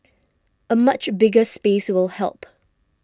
a much bigger space will help